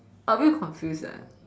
a bit confused ah